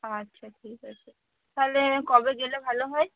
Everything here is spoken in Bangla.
আচ্ছা ঠিক আছে তাহলে কবে গেলে ভালো হয়